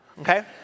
Okay